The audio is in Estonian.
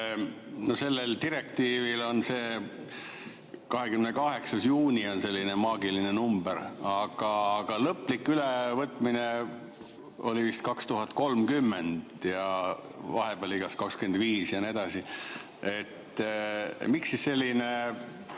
Sellel direktiivil on see 28. juuni selline maagiline number, aga lõplik ülevõtmine oli vist aastal 2030 ja vahepeal oli kas 2025 ja nii edasi. Miks siis selline